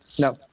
No